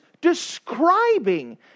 describing